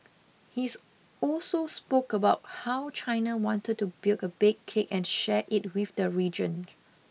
he's also spoke about how China wanted to build a big cake and share it with the region